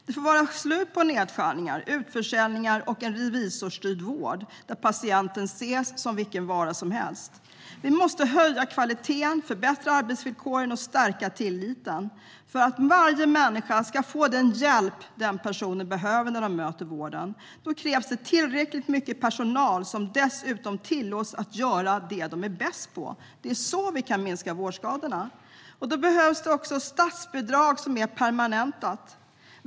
Det får vara slut på nedskärningar, utförsäljningar och en revisorstyrd vård där patienten ses som vilken vara som helst. Vi måste höja kvaliteten, förbättra arbetsvillkoren och stärka tilliten. För att varje människa ska få den hjälp man behöver när man möter vården krävs det tillräckligt mycket personal, som dessutom tillåts göra det de är bäst på. Det är så vi kan minska vårdskadorna. Då behövs också statsbidrag som är permanentat.